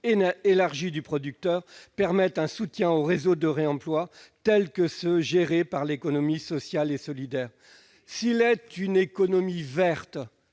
élargie du producteur permette un soutien aux réseaux de réemploi tels que ceux qui sont gérés par l'économie sociale et solidaire. S'il est une économie verte